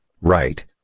right